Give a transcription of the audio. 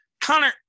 Connor